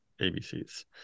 ABCs